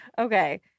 Okay